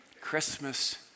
Christmas